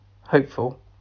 hopeful